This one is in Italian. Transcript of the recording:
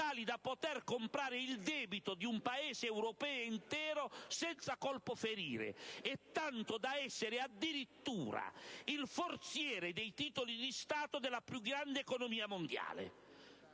tali da poter comprare il debito di un Paese europeo intero senza colpo ferire e tanto da essere addirittura il forziere dei titoli di Stato della più grande economia mondiale.